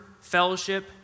fellowship